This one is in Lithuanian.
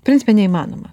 principe neįmanoma